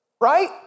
right